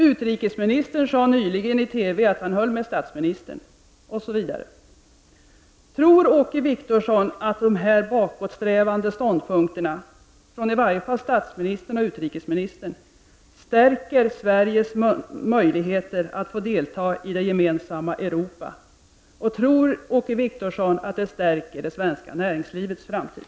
Utrikesministern sade nyligen i TV att han höll med statsministern, osv. Tror Åke Wictorsson att de där bakåtsträvande ståndpunkterna från i varje fall statsministern och utrikesministern stärker Sveriges möjligheter att få delta i det gemensamma Europa, och tror Åke Wictorsson att det stärker det svenska näringslivets framtid?